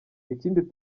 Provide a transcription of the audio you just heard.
ikindi